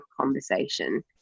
conversation